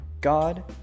God